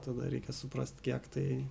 tada reikia suprast kiek tai